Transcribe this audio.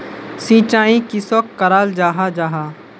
सिंचाई किसोक कराल जाहा जाहा?